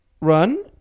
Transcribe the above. run